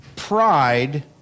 Pride